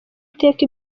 iteka